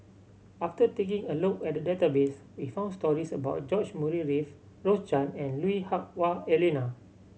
after taking a look at the database we found stories about George Murray Reith Rose Chan and Lui Hah Wah Elena